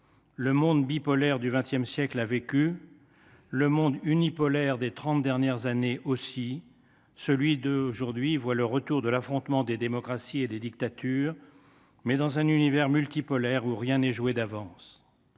Le monde bipolaire du XX siècle a vécu, le monde unipolaire des trente dernières années aussi ; celui d’aujourd’hui voit se recréer l’affrontement des démocraties et des dictatures, mais dans un univers multipolaire où rien n’est joué d’avance.